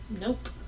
nope